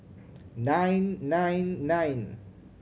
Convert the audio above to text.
nine nine nine